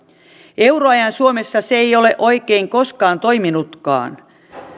euroajan suomessa se ei ole oikein koskaan toiminutkaan